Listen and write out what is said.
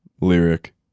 lyric